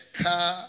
car